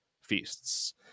feasts